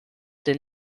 den